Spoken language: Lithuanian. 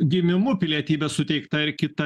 gimimu pilietybė suteikta ir kita